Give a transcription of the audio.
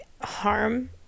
harm